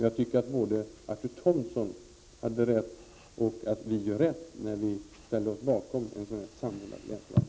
Jag tycker att Arthur Thomson hade rätt och att vi gör rätt när vi ställer oss bakom en samordnad länsplanering.